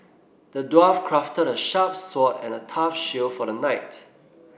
the dwarf crafted a sharp sword and a tough shield for the knight